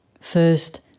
First